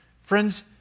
Friends